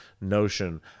notion